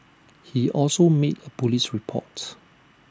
he also made A Police report